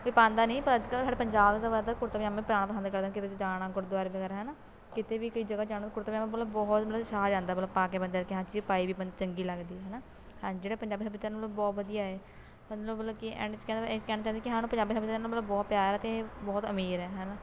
ਕੋਈ ਪਾਉਂਦਾ ਨਹੀਂ ਪਰ ਅੱਜ ਕੱਲ ਸਾਡੇ ਪੰਜਾਬ 'ਚ ਜ਼ਿਆਦਾਤਰ ਕੁਰਤੇ ਪਜ਼ਾਮੇ ਪਾਉਣਾ ਪਸੰਦ ਕਰਦੇ ਕਿਤੇ ਜਾਣਾ ਗੁਰਦੁਆਰੇ ਵਗੈਰਾ ਹੈ ਨਾ ਕਿਤੇ ਵੀ ਕੋਈ ਜਗ੍ਹਾ ਜਾਣਾ ਕੁੜਤਾ ਪਜਾਮਾ ਮਤਲਬ ਬਹੁਤ ਮਤਲਬ ਛਾਅ ਜਾਂਦਾ ਮਤਲਬ ਪਾ ਕੇ ਬੰਦੇ ਕਿ ਹਾਂਜੀ ਪਾਈ ਵੀ ਚੰਗੀ ਲੱਗਦੀ ਹੈ ਨਾ ਹਾਂ ਜਿਹੜੇ ਪੰਜਾਬੀ ਸੱਭਿਆਚਾਰ ਨੂੰ ਬਹੁਤ ਵਧੀਆ ਏ ਮਤਲਬ ਕਿ ਐਂਡ 'ਚ ਕਹਿੰਦੇ ਕਹਿਣਾ ਚਾਹੁੰਦੇ ਕਿ ਹਾਂ ਪੰਜਾਬੀ ਸੱਭਿਆਚਾਰ ਨਾਲ ਮਤਲਬ ਬਹੁਤ ਪਿਆਰ ਹੈ ਅਤੇ ਇਹ ਬਹੁਤ ਅਮੀਰ ਹੈ ਹੈ ਨਾ